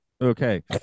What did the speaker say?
okay